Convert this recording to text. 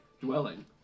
dwelling